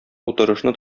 утырышны